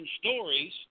stories